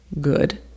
good